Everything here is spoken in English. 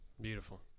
Beautiful